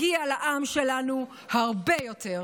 מגיע לעם שלנו הרבה יותר.